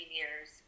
years